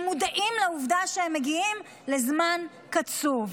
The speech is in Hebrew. הם מודעים לעובדה שהם מגיעים לזמן קצוב.